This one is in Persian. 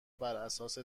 براساس